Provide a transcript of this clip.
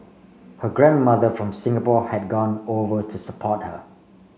her grandmother from Singapore had gone over to support her